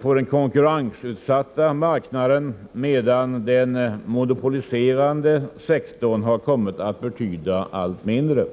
på den konkurrensutsatta marknaden, medan den monopoliserade sektorn har kommit att betyda allt mindre.